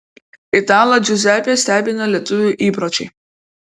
italą džiuzepę stebina lietuvių įpročiai